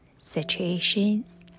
situations